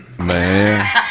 Man